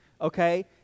okay